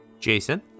Jason